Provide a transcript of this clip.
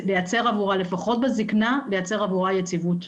לפחות בזקנה לייצר עבורה יציבות.